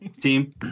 Team